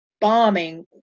bombing